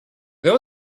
there